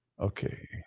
Okay